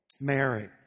Mary